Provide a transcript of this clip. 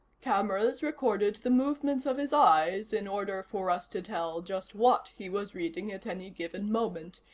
cameras recorded the movements of his eyes in order for us to tell just what he was reading at any given moment,